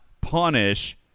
punish